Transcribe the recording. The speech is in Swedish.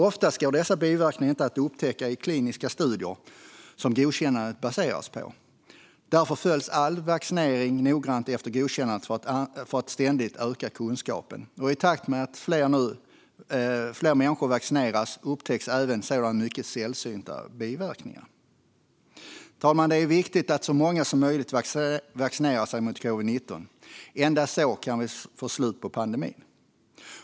Ofta går dessa biverkningar inte att upptäcka i kliniska studier som godkännandet baseras på. Därför följs all vaccinering noggrant efter godkännandet för att kunskapen ständigt ska öka. Och i takt med att fler människor nu vaccineras upptäcks även sådana mycket sällsynta biverkningar. Fru talman! Det är viktigt att så många som möjligt vaccinerar sig mot covid-19. Endast så kan vi få slut på pandemin.